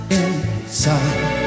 inside